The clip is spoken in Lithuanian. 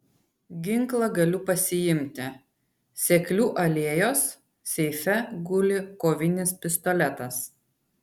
ginklą galiu pasiimti seklių alėjos seife guli kovinis pistoletas